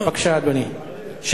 אדוני, בבקשה.